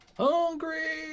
hungry